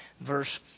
Verse